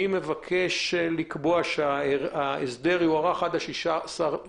אני מבקש לקבוע שההסדר יוארך עד תאריך זה.